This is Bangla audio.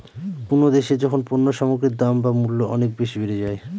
কোনো দেশে যখন পণ্য সামগ্রীর দাম বা মূল্য অনেক বেশি বেড়ে যায়